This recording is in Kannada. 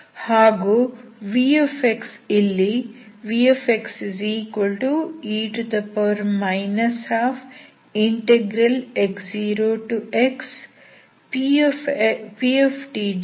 ಹಾಗೂ v ಇಲ್ಲಿ vxe 12x0xptdt